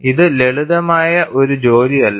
ഇത് ലളിതമായ ഒരു ജോലിയല്ല